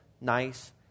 nice